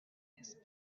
his